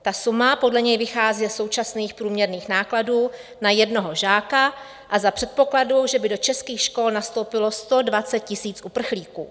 Ta suma podle něj vychází ze současných průměrných nákladů na jednoho žáka a za předpokladu, že by do českých škol nastoupilo 120 000 uprchlíků.